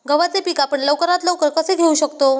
गव्हाचे पीक आपण लवकरात लवकर कसे घेऊ शकतो?